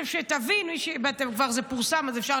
עכשיו, שתבין, וזה כבר פורסם, אז אפשר